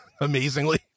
amazingly